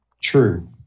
True